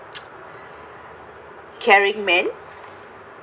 caring man